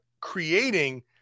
creating